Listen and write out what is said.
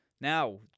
Now